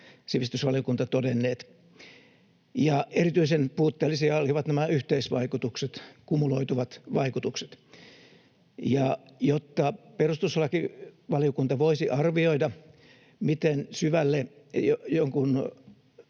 sivistysvaliokunta todenneet. Ja erityisen puutteellisia olivat nämä yhteisvaikutukset, kumuloituvat vaikutukset. Jotta perustuslakivaliokunta voisi arvioida, miten syvälle jonkun